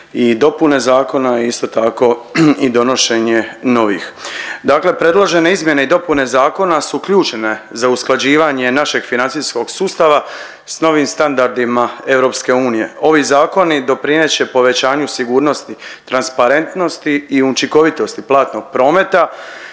i dopune zakona i isto tako i donošenja novih. Dakle, predložene izmjene i dopune zakona su ključne za usklađivanje našeg financijskog sustava s novim standardima EU. Ovi zakon doprinijet će povećanju sigurnosti, transparentnosti i učinkovitosti platnog prometa